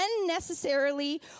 unnecessarily